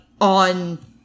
on